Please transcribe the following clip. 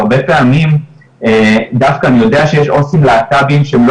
הרבה פעמים דווקא אני יודע שיש עו"סים להט"בים שהם לא